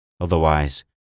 Otherwise